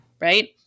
right